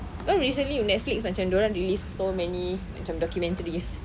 why recently Netflix macam dorang released so many macam documentaries